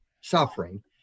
suffering